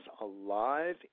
alive